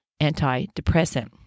antidepressant